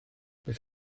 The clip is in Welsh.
beth